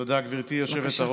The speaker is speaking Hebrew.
תודה, גברתי היושבת-ראש.